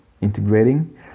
integrating